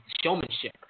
showmanship